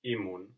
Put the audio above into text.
Imun